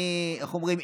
ואיך אומרים,